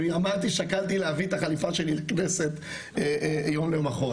שקלתי להביא את החליפה שלי לכנסת יום למחרת.